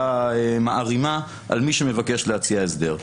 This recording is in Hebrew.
מערימה על מי שמבקש להציע הסדר.